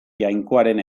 jainkoaren